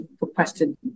requested